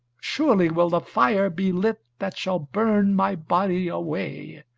surely will the fire be lit that shall burn my body away,